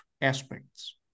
aspects